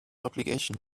obligation